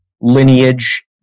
lineage